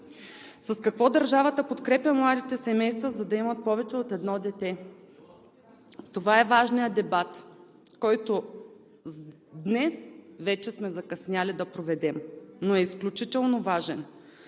С какво държавата подкрепя младите семейства, за да имат повече от едно дете? Това е важният дебат, който днес вече сме закъснели да проведем, но е изключително важен,